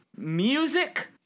music